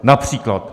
Například.